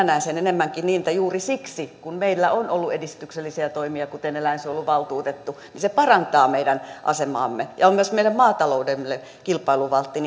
näen sen enemmänkin niin että juuri siksi kun meillä on ollut edistyksellisiä toimia kuten eläinsuojeluvaltuutettu se parantaa meidän asemaamme ja on myös meidän maataloudellemme kilpailuvaltti